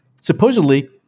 Supposedly